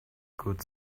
good